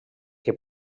que